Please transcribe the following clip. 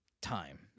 time